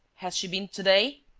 has she been to-day?